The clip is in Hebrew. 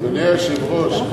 אדוני היושב-ראש,